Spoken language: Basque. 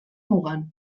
mugan